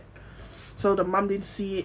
so the mum didn't see it